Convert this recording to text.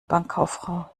bankkauffrau